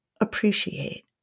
appreciate